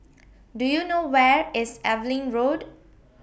Do YOU know Where IS Evelyn Road